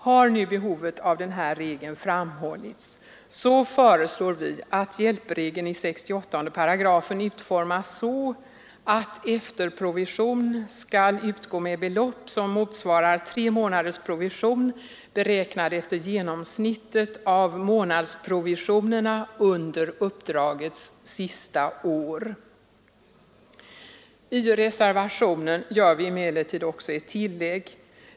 Har nu behovet av den här regeln framhållits, så föreslår vi att hjälpregeln i 68 8 utformas så att efterprovision skall utgå med belopp som motsvarar tre månaders provision, beräknad efter genomsnittet av månadsprovisionerna under uppdragets sista år. I reservationen gör vi emellertid också ett tillägg.